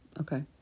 Okay